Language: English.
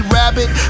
rabbit